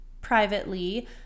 privately